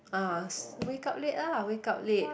ah s~ you wake up late ah wake up late